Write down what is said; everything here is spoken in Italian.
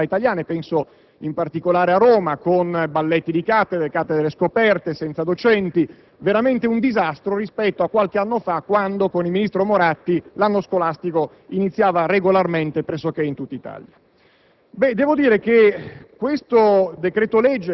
e che quest'anno hanno caratterizzato le scuole di quasi tutte le principali città italiane (penso in particolare a Roma), con balletti di cattedre, cattedre scoperte senza docenti; veramente un disastro rispetto a qualche anno fa quando con il ministro Moratti l'anno scolastico iniziava regolarmente pressoché in tutta Italia.